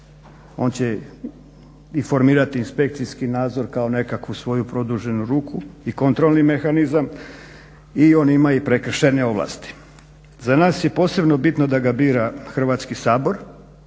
on će i formirati inspekcijski nadzor kao nekakvu svoju produženu ruku i kontrolni mehanizam i on ima i prekršajne ovlasti. Za nas je posebno bitno da ga bira Hrvatski sabor,